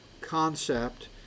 concept